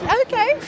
Okay